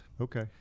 Okay